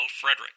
Frederick